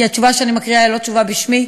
כי התשובה שאני מקריאה היא לא תשובה בשמי,